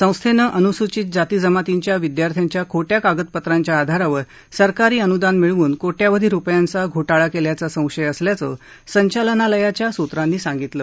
संस्थेनं अनुसूचित जातीजमातींच्या विद्यार्थ्यांच्या खोर्बा कागदपत्रांच्या आधारावर सरकारी अनुदान मिळवून कोर्बावधी रुपयांचा घोराळा केल्याचा संशय असल्याचं संचालनालयाच्या सूत्रांनी सांगितलं